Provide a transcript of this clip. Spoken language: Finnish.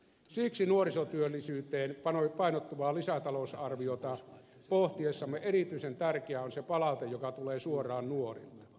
siksi nuorisotyöllisyyteen painottuvaa lisätalousarviota pohtiessamme erityisen tärkeää on se palaute joka tulee suoraan nuorilta